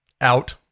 Out